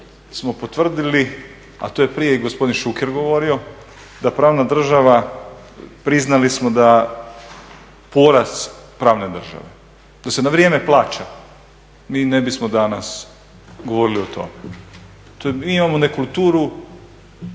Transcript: smo potvrdili, a to je prije i gospodin Šuker govorio, da pravna država, priznali smo da porast pravne države, da se na vrijeme plaća, mi ne bismo danas govorili o tome. Imamo nekulturu